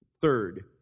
third